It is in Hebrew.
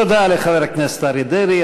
תודה לחבר הכנסת אריה דרעי,